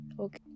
okay